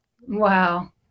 Wow